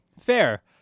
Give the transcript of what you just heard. fair